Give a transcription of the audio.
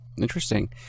Interesting